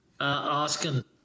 asking